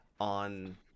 on